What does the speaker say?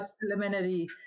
preliminary